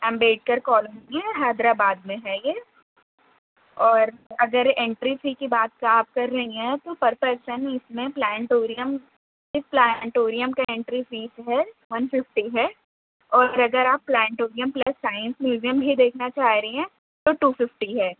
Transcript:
Ambedkar colony ہے حیدرآباد میں ہے یہ اور اگر انٹری فی کی بات آپ کر رہی ہیں تو پر پرسن اس میں پلانٹوریم پلانٹوریم کے انٹری فیس ہے ون ففٹی ہے اور اگر آپ پلانٹوریم پلس سائنس میوزیم بھی دیکھنا چاہ رہی ہیں تو ٹو ففٹی ہے